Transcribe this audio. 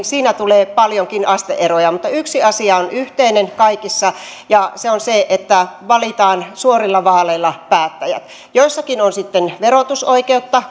siinä tulee paljonkin aste eroja mutta yksi asia on yhteinen kaikissa ja se on se että valitaan suorilla vaaleilla päättäjät joissakin on sitten verotusoikeutta